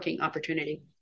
opportunity